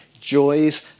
joys